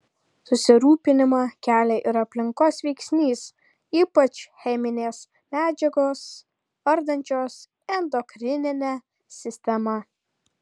susirūpinimą kelia ir aplinkos veiksnys ypač cheminės medžiagos ardančios endokrininę sistemą